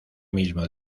mismo